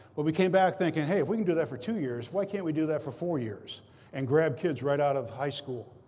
well, we came back thinking, hey, if we can do that for two years, why can't we do that for four years and grab kids right out of high school?